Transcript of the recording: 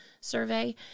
survey